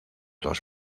dos